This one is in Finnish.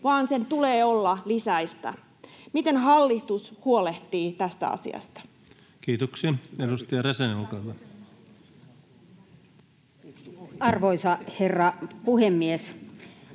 vaan sen tulee olla lisäistä. Miten hallitus huolehtii tästä asiasta? Kiitoksia. — Edustaja Räsänen, olkaa hyvä. Arvoisa herra puhemies!